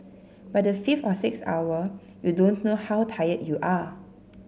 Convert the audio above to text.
by the fifth or sixth hour you don't know how tired you are